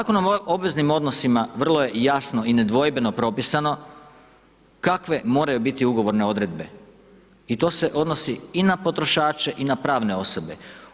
Zakonom o obveznim odnosima vrlo je jasno i nedvojbeno propisano kakve moraju biti ugovorne odredbe i to se odnosi i na potrošače i na pravne osobe.